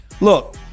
Look